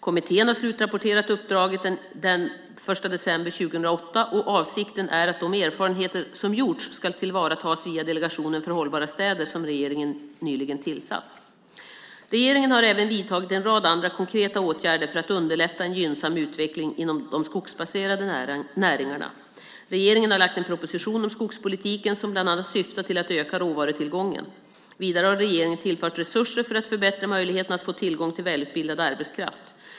Kommittén har slutrapporterat uppdraget den 1 december 2008, och avsikten är att de erfarenheter som gjorts ska tillvaratas via Delegationen för hållbara städer som regeringen nyligen tillsatt. Regeringen har även vidtagit en rad andra konkreta åtgärder för att underlätta en gynnsam utveckling inom de skogsbaserade näringarna. Regeringen har lagt fram en proposition om skogspolitiken som bland annat syftar till att öka råvarutillgången. Vidare har regeringen tillfört resurser för att förbättra möjligheten att få tillgång till välutbildad arbetskraft.